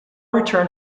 return